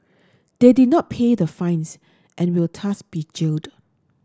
they did not pay the fines and will thus be jailed